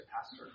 pastor